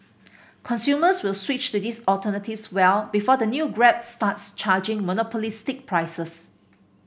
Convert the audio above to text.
consumers will switch to these alternatives well before the new Grab starts charging monopolistic prices